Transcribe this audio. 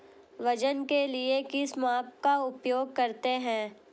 वजन के लिए किस माप का उपयोग करते हैं?